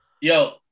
Yo